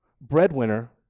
breadwinner